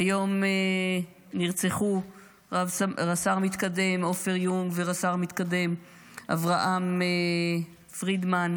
היום נרצחו רס"מ עפר יונג ורס"מ אברהם פרידמן.